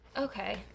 Okay